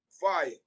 Fire